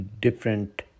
different